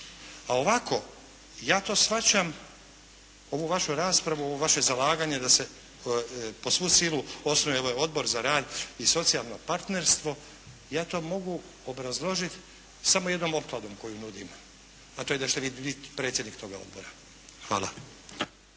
a ovako ja to shvaćam ovu vašu raspravu, ovo vaše zalaganje da se pod svu silu osnuje ovaj Odbor za rad i socijalno partnerstvo, ja to mogu obrazložiti samo jednom opkladom koju nudim a to je da ćete vi biti predsjednik toga odbora. Hvala.